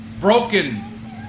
broken